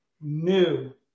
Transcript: new